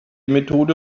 methode